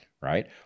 right